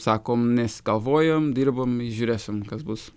sakom mes kovojom dirbom žiūrėsim kas bus